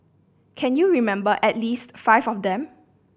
can you remember at least five of them